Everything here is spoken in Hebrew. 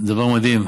דבר מדהים.